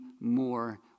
more